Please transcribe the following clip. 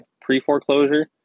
pre-foreclosure